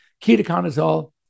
ketoconazole